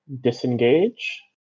disengage